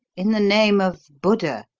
in the name of buddha.